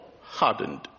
hardened